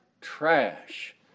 trash